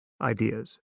ideas